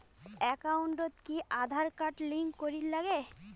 একাউন্টত কি Aadhaar card link করের নাগে?